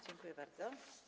Dziękuję bardzo.